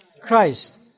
Christ